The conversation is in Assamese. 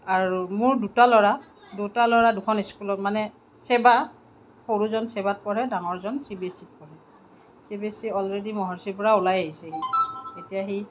আৰু মোৰ দুটা ল'ৰা দুটা ল'ৰা দুখন স্কুলত মানে ছেবা সৰুজন ছেবাত পঢ়ে ডাঙৰজন চি বি এচ চিত পঢ়ে C B S E already মহৰ্ষিৰ পৰা ওলাই আহিছে সি এতিয়া সি